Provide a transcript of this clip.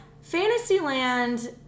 Fantasyland